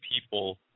people